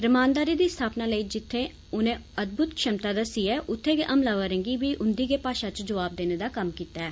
रमानदारी दी स्थापना लेई जित्यें उनें अदभुत क्षमता दस्सी ऐ उत्यें गै हमलावरें गी बी उंदी गै भाषा च जवाब देने दा कम्म कीता ऐ